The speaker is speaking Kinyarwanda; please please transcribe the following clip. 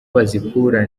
bazikura